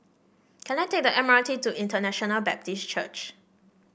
can I take the M R T to International Baptist Church